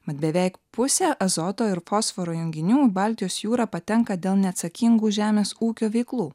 mat beveik pusė azoto ir fosforo junginių baltijos jūrą patenka dėl neatsakingų žemės ūkio veiklų